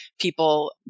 people